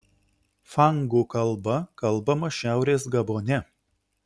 fangų kalba kalbama šiaurės gabone